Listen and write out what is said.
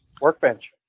Workbench